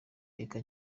reka